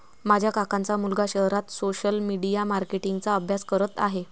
माझ्या काकांचा मुलगा शहरात सोशल मीडिया मार्केटिंग चा अभ्यास करत आहे